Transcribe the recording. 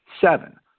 Seven